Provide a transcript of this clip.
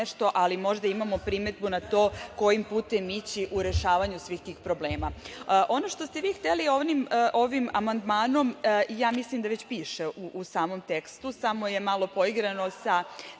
ali možda imamo primedbu na to kojim putem ići u rešavanju svih tih problema. Ono što ste vi hteli ovim amandmanom mislim da već piše u samom tekstu, samo je malo poigrano sa…